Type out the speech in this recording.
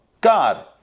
God